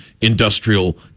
Industrial